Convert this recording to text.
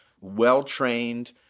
well-trained